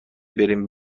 بریم